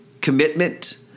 commitment